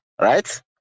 right